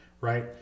right